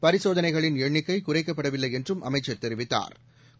பரிசோதனைகளின் எண்ணிக்கை குறைக்கப்படவில்லை என்றும் அமைச்சா் தெரிவித்தாா்